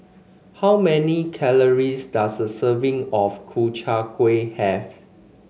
how many calories does a serving of Ku Chai Kuih have